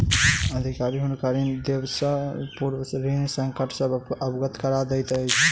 अधिकारी हुनका ऋण देबयसॅ पूर्व ऋण संकट सॅ अवगत करा दैत अछि